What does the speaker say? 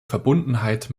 verbundenheit